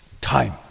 time